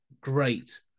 great